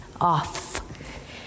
off